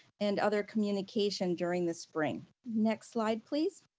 and other communication during the spring. next slide, please.